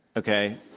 okay?